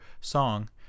song